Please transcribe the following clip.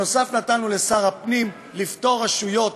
נוסף על כך נתנו לשר הפנים לפטור רשויות